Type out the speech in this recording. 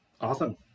Awesome